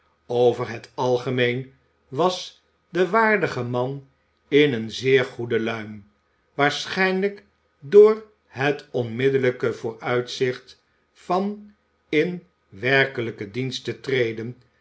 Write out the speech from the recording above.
over het algemeen was de waardige man in een zeer goede luim waarschijnlijk door het onmiddellijke vooruitzicht van in werkelijken dienst te treden